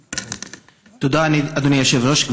תודה, אדוני היושב-ראש.